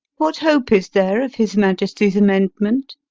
what hope is there of his majesty's amendment?